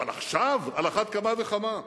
אבל עכשיו על אחת כמה וכמה.